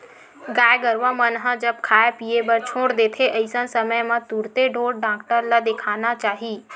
गाय गरुवा मन ह जब खाय पीए बर छोड़ देथे अइसन समे म तुरते ढ़ोर डॉक्टर ल देखाना चाही